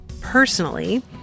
personally